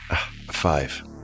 Five